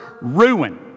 ruin